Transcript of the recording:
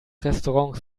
restaurants